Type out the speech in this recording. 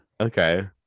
Okay